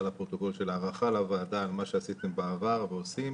לפרוטוקול של הערכה לוועדה על מה שעשיתם בעבר ועושים.